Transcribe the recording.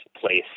place